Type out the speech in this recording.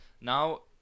Now